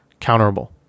counterable